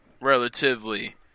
relatively